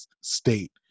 state